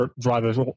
drivers